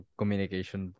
communication